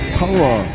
power